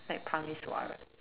like parmeswara